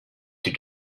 due